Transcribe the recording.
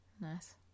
nice